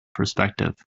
perspective